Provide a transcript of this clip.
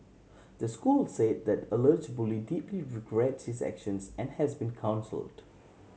the school said that alleged bully deeply regrets his actions and has been counselled